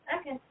Okay